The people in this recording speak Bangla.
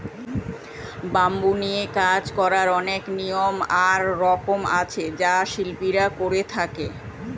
ব্যাম্বু নিয়ে কাজ করার অনেক নিয়ম আর রকম আছে যা শিল্পীরা করে থাকে